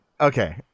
okay